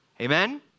Amen